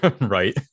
Right